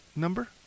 number